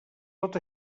tot